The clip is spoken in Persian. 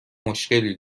مشکلی